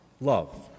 Love